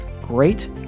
great